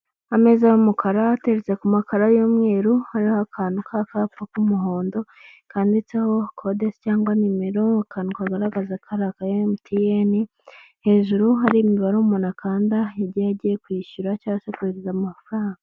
Ameza y'umukara ateretse ku makaro y'umweru hariho akantu k'akapfa k'umuhondo kanditseho kode se cyangwa nimero, akantu kagaragaza karakaye mtn, hejuru hari imibare umuntu akanda igihe agiye kwishyura cyangwa se kohereza amafaranga.